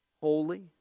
Holy